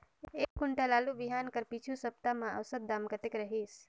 एक कुंटल आलू बिहान कर पिछू सप्ता म औसत दाम कतेक रहिस?